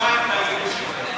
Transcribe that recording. לא שמעתי את הגינוי שלך.